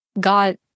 god